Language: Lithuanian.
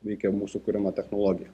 veikia mūsų kuriama technologija